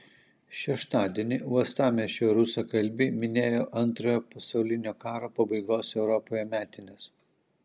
šeštadienį uostamiesčio rusakalbiai minėjo antrojo pasaulinio karo pabaigos europoje metines